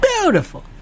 beautiful